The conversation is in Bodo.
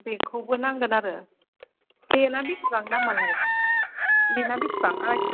बेखौबो नांगोन आरो बेना बेसेबां दामालाय बेना बेसेबां आरायस'